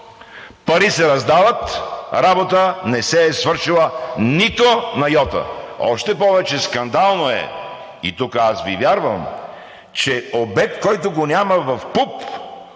пари се раздават, работа не се е свършила нито на йота! Още повече скандално е и тук аз Ви вярвам, че обект, който го няма в ПУП